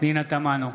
פנינה תמנו,